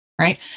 right